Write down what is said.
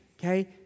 Okay